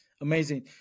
Amazing